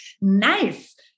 Nice